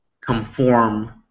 conform